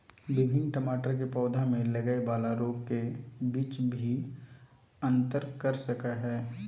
विभिन्न टमाटर के पौधा में लगय वाला रोग के बीच भी अंतर कर सकय हइ